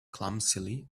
clumsily